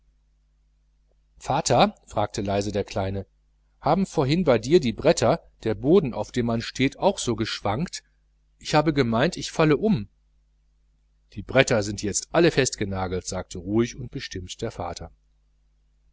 vater fragte leise der kleine haben vorhin bei dir die bretter der boden auf dem man steht auch so geschwankt ich habe gemeint ich falle um die bretter sind jetzt alle festgenagelt sagte ruhig und bestimmt der vater